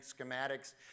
schematics